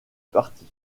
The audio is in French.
parti